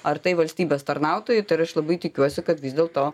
ar tai valstybės tarnautojai tai ir aš labai tikiuosi kad vis dėlto